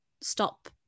stop